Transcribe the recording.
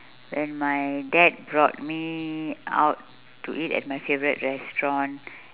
when my dad brought me out to eat at my favourite restaurant